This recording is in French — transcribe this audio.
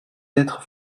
être